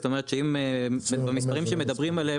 זאת אומרת שאם במספרים שמדברים עליהם